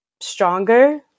stronger